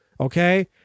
okay